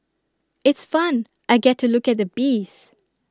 it's fun I get to look at the bees